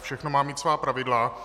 Všechno má mít ale svá pravidla.